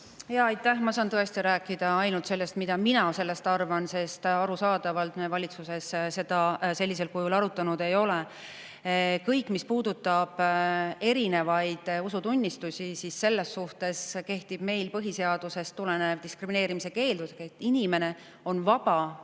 Ma saan tõesti rääkida ainult sellest, mida mina sellest arvan, sest arusaadavalt me valitsuses seda sellisel kujul arutanud ei ole. Kõige selle suhtes, mis puudutab erinevaid usutunnistusi, kehtib meil põhiseadusest tulenev diskrimineerimise keeld. Inimene on vaba valima